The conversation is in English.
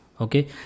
okay